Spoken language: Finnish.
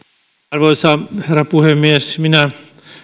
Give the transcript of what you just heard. arvoisa herra puhemies myös minä